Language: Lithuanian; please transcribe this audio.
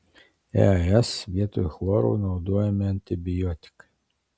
es vietoj chloro naudojami antibiotikai